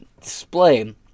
display